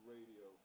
Radio